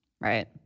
Right